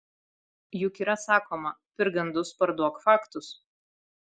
juk yra sakoma pirk gandus parduok faktus